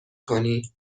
کنی